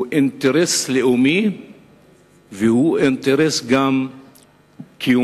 הוא אינטרס לאומי והוא גם אינטרס קיומי.